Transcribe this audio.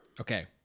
Okay